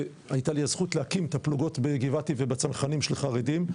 הייתה לי הזכות להקים את הפלוגות בגבעתי ובצנחנים של חרדים.